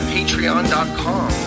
Patreon.com